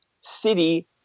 city